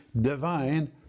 divine